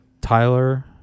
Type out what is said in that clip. Tyler